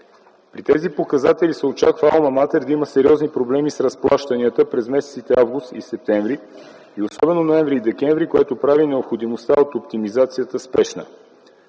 При тези показатели се очаква Алма Матер да има сериозни проблеми с разплащанията през август и септември и особено през ноември и декември, което прави спешна необходимостта от оптимизацията.